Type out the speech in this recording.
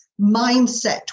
mindset